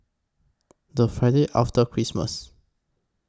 The Friday after Christmas